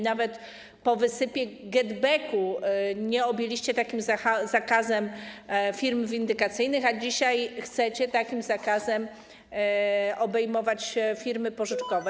Nawet po wysypie GetBacku nie objęliście takim zakazem firm windykacyjnych, a dzisiaj chcecie takim zakazem obejmować firmy pożyczkowe.